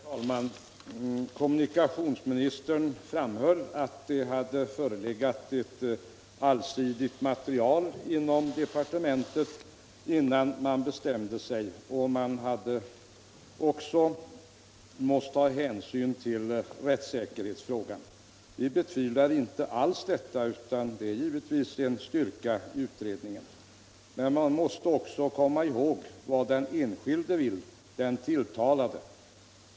Herr talman! Kommunikationsministern framhöll att det hade förelegat ett allsidigt material inom departementet, innan man bestämde sig. Man hade också måst ta hänsyn till rättssäkerhetsfrågan. Vi betvivlar inte alls detta, och det är givetvis en styrka i utredningen. Men man måste också komma ihåg vad den enskilde vill, den tilltalade.